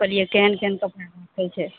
कहलियै केहन केहन कपड़ा राखल छै